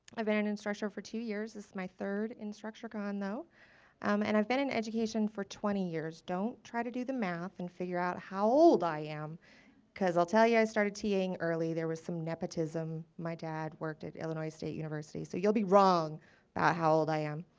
i've been in instructure for two years. this is my third instructurecon now um and i've been in education for twenty years. don't try to do the math and figure out how old i am because i'll tell you i started taing early. there was some nepotism. my dad worked at illinois state university, so you'll be wrong about how old i am.